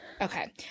Okay